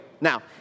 Now